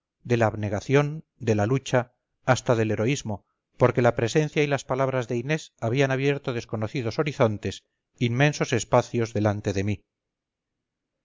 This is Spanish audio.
de la abnegación de la lucha hasta del heroísmo porque la presencia y las palabras de inés habían abierto desconocidos horizontes inmensos espacios delante de mí